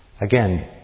Again